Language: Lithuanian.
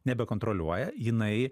nebekontroliuoja jinai